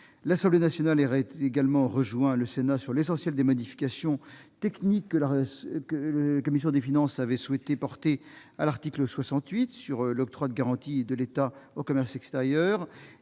L'Assemblée nationale a également rejoint le Sénat sur l'essentiel des modifications techniques que la commission des finances avait portées à l'article 68 relatif à l'interdiction de l'octroi de garanties de l'État au commerce extérieur